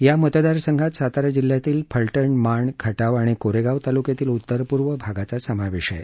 या मतदार संघात सातारा जिल्ह्यातील फलटण मांण खटाव आणि कोरेगाव तालुक्यातील उत्तरपूर्व भागाचा समावेश आहे